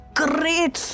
great